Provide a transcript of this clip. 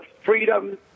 freedom